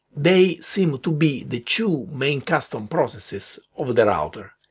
they seem to be the two main custom processes of the router.